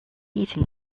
eating